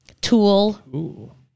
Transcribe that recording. Tool